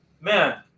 man